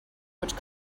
which